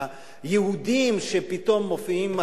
היהודים שפתאום מופיעים.